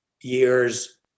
years